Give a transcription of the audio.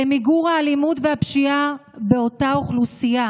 למיגור האלימות והפשיעה באותה אוכלוסייה.